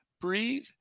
Breathe